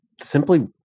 simply